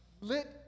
lit